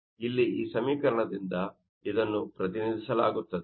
ಇಲ್ಲಿ ಈ ಸಮೀಕರಣದಿಂದ ಇದನ್ನು ಪ್ರತಿನಿಧಿಸಲಾಗುತ್ತದೆ